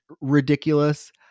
ridiculous